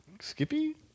Skippy